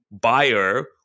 buyer